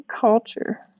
culture